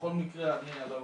בכל מקרה אדבר על אולמות.